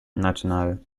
nationale